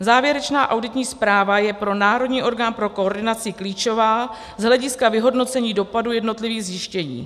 Závěrečná auditní zpráva je pro národní orgán pro koordinaci klíčová z hlediska vyhodnocení dopadu jednotlivých zjištění.